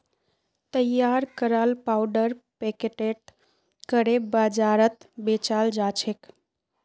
तैयार कराल पाउडर पैकेटत करे बाजारत बेचाल जाछेक